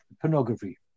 pornography